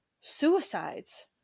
suicides